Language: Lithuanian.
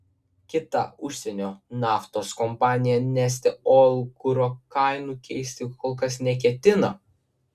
kita užsienio naftos kompanija neste oil kuro kainų keisti kol kas neketina